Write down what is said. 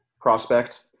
prospect